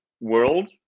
world